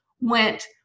went